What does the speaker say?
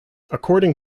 according